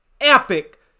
epic